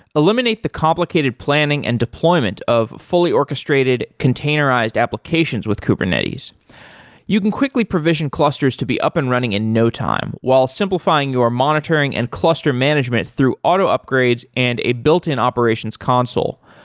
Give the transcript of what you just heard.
eliminate the complicated planning and deployment of fully orchestrated containerized applications with kubernetes you can quickly provision clusters to be up and running in no time, while simplifying your monitoring and cluster management through auto upgrades and a built-in operations console.